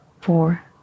four